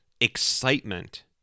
excitement